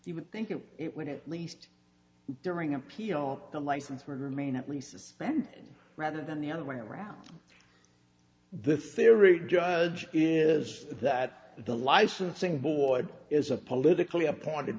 you would think it would at least during appeal the license for remain at least the spend rather than the other way around the theory judge is that the licensing board is a politically appointed